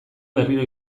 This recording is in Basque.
berriro